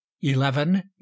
eleven